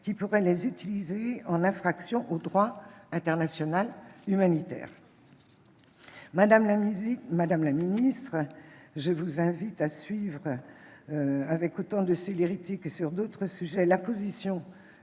qui pourraient les utiliser en infraction au droit international humanitaire. » Madame la ministre, je vous invite à suivre, avec autant de célérité que sur d'autres sujets, la position